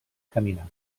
caminar